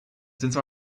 since